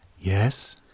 Yes